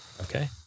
Okay